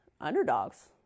underdogs